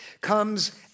comes